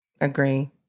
Agree